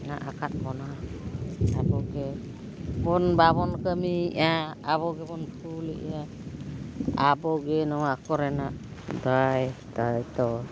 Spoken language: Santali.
ᱦᱮᱱᱟᱜ ᱟᱠᱟᱫ ᱵᱚᱱᱟ ᱟᱵᱚ ᱜᱮᱵᱚᱱ ᱵᱟᱵᱚᱱ ᱠᱟᱹᱢᱤᱭᱮᱫᱟ ᱟᱵᱚᱜᱮᱵᱚᱱ ᱠᱳᱞᱮᱫᱟ ᱟᱵᱚᱜᱮ ᱱᱚᱣᱟ ᱠᱚᱨᱮᱱᱟᱜ ᱫᱟᱭ ᱫᱟᱹᱭᱤᱛᱛᱚ